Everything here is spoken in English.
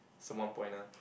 so one point ah